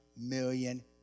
million